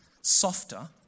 softer